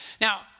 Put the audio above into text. Now